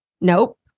nope